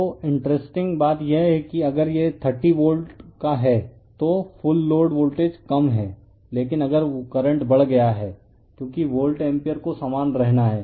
तो इंटरेस्टिंग बात यह है कि अगर यह 30 वोल्ट का है तो फुल लोड वोल्टेज कम है लेकिन अगर करंट बढ़ गया है क्योंकि वोल्ट एम्पीयर को समान रहना है